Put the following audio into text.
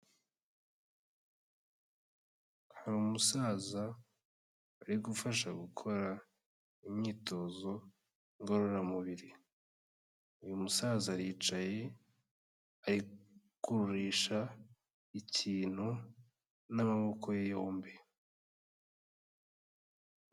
Hari umusaza barigufasha gukora imyitozo ngororamubiri, uyu musaza aricaye ari gukururisha ikintu n'amaboko ye yombi.